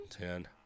Ten